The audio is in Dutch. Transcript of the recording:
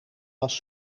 was